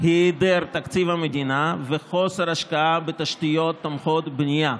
היא היעדר תקציב מדינה וחוסר השקעה בתשתיות תומכות בנייה,